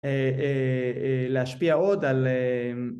להשפיע עוד על אה..